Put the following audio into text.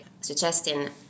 suggesting